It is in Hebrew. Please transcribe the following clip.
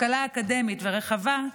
השכלה אקדמית ורחבה,